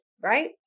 Right